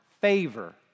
favor